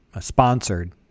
sponsored